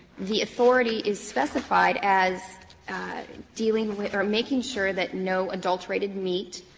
the authority is specified as dealing with or making sure that no adulterated meat